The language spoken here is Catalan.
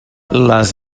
les